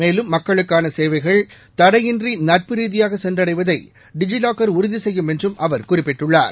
மேலும் மக்களுக்கான சேவைகள் தடையின்றி நட்பு ரீதியாக சென்றடைவதை டிஜி வாக்கர் உறுதி செய்யும் என்றும் அவர் குறிப்பிட்டுள்ளார்